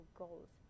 goals